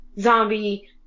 zombie